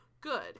good